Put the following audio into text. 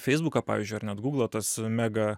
feisbuką pavyzdžiui ar net gūglą tas mega